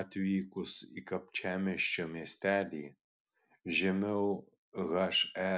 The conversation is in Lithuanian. atvykus į kapčiamiesčio miestelį žemiau he